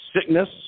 Sickness